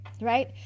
Right